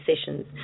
sessions